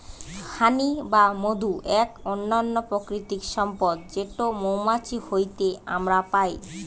হানি বা মধু এক অনন্য প্রাকৃতিক সম্পদ যেটো মৌমাছি হইতে আমরা পাই